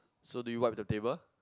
so do you wipe with the table